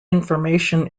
information